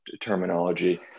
terminology